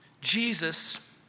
Jesus